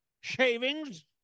shavings